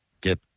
get